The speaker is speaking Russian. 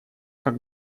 как